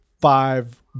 five